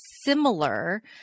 similar